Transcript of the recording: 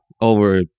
over